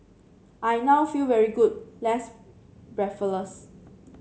I now feel very good less breathless